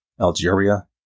Algeria